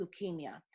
leukemia